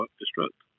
destruct